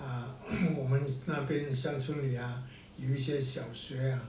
啊我们那边山村里啊有一些小学啊